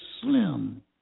slim